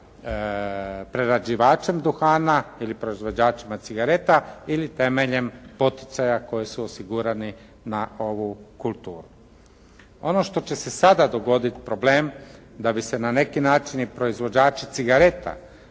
se ne razumije./… ili proizvođačima cigareta ili temeljem poticaja koji su osigurani na ovu kulturu. Ono što će se sada dogoditi problem da bi se na neki način i proizvođači cigareta